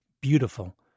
beautiful